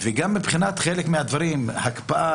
וגם מבחינת חלק מהדברים: הקפאה,